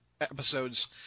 episodes